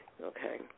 Okay